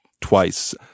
twice